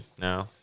No